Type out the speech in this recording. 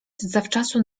zawczasu